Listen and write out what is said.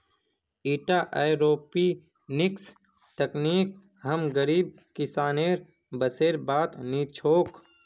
ईटा एयरोपोनिक्स तकनीक हम गरीब किसानेर बसेर बात नी छोक